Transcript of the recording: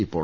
ഇപ്പോൾ